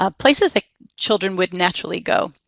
ah places that children would naturally go.